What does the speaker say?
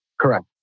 correct